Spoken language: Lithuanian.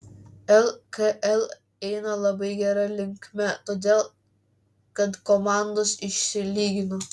lkl eina labai gera linkme todėl kad komandos išsilygino